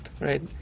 right